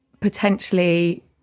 potentially